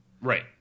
Right